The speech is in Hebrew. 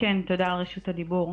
תודה על רשות הדיבור.